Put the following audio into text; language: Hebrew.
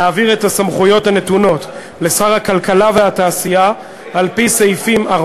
להעביר את הסמכויות הנתונות לשר הכלכלה והתעשייה על-פי סעיפים 4,